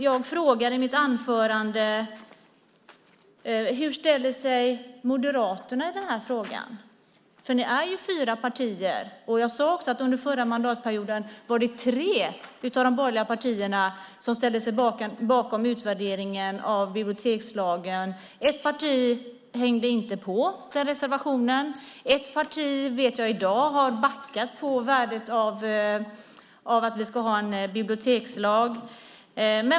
Jag frågar i mitt anförande: Hur ställer sig Moderaterna i den här frågan? Ni är ju fyra partier, och jag sade också att det under förra mandatperioden var tre av de borgerliga partierna som ställde sig bakom utvärderingen av bibliotekslagen. Ett parti hängde inte på reservationen. Jag vet att ett parti i dag har backat på värdet av att vi ska ha en bibliotekslag.